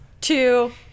Two